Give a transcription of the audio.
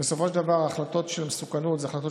בסופו של דבר החלטות על מסוכנות הן החלטות